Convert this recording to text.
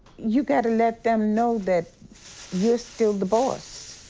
you've got to let them know that you're still the boss.